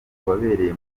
wabereye